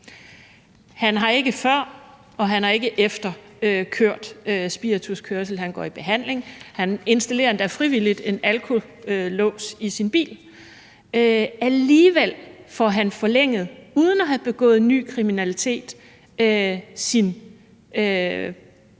han har ikke efter kørt spirituskørsel, han går i behandling, og han installerer endda frivilligt en alkolås i sin bil. Alligevel får han – uden at have begået ny kriminalitet – forlænget